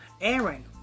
Aaron